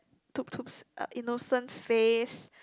Tuptup's uh innocent face